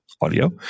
audio